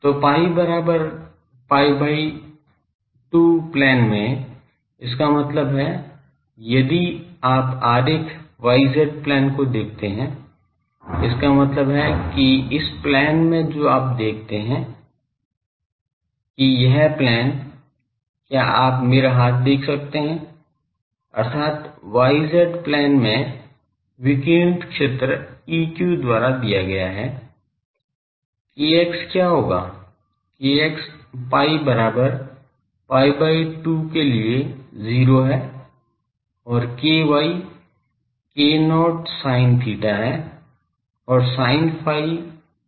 तो pi बराबर pi by 2 plane में इसका मतलब है यदि आप आरेख y z प्लेन को देखते हैं इसका मतलब है कि इस प्लेन में जो आप दिखते हैं कि यह प्लेन क्या आप मेरा हाथ देख सकते हैं अर्थात yz प्लेन में विकिरणित क्षेत्र Eq द्वारा दिया गया है kx क्या होगा kx pi बराबर pi by 2 के लिए 0 है और ky k0 sin theta है और sin phi is 1 के बराबर है